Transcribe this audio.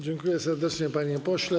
Dziękuję serdecznie, panie pośle.